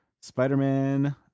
Spider-Man